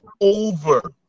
over